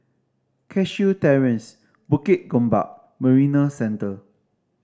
Cashew Terrace Bukit Gombak Marina Centre